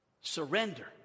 Surrender